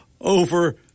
over